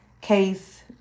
case